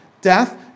death